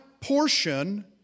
portion